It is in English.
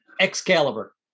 Excalibur